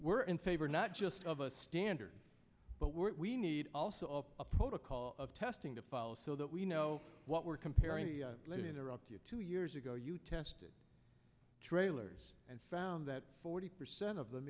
we're in favor not just of a standard but we're we need also a protocol of testing to follow so that we know what we're comparing let me interrupt you two years ago you tested trailers and found that forty percent of them